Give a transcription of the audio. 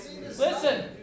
listen